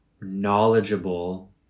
knowledgeable